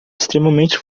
extremamente